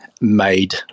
made